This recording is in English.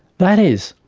that is,